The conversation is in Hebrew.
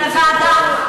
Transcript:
להעביר, לוועדה.